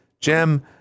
Jim